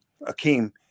Akeem